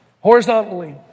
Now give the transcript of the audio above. horizontally